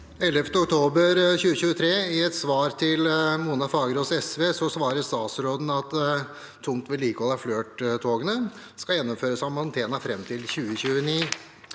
11. oktober 2023 i et svar til Mona Fagerås fra SV svarer statsråden at tungt vedlikehold på FLIRT-togene skal gjennomføres av Mantena fram til 2029.